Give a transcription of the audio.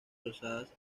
rosadas